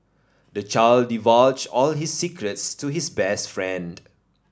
the child divulged all his secrets to his best friend